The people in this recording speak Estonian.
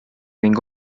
ning